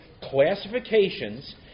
classifications